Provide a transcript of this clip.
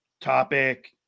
topic